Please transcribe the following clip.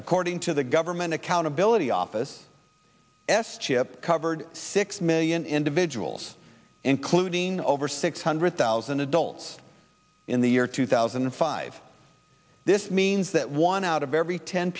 according to the government accountability office estep covered six million individuals including over six hundred thousand adults in the year two thousand and five this means that one out of every ten